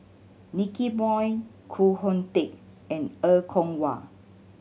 Nicky Moey Koh Hoon Teck and Er Kwong Wah